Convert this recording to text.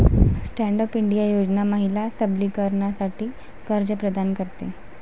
stand up India योजना महिला सबलीकरणासाठी कर्ज प्रदान करते